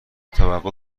توقع